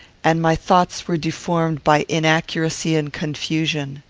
and my thoughts were deformed by inaccuracy and confusion.